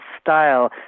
style